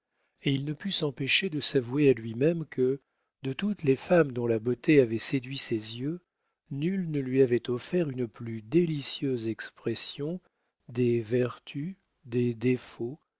et il ne put s'empêcher de s'avouer à lui-même que de toutes les femmes dont la beauté avait séduit ses yeux nulle ne lui avait offert une plus délicieuse expression des vertus des défauts